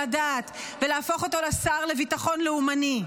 הדעת ולהפוך אותו לשר לביטחון לאומני,